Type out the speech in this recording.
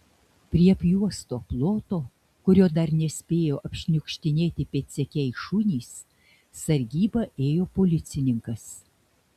prie apjuosto ploto kurio dar nespėjo apšniukštinėti pėdsekiai šunys sargybą ėjo policininkas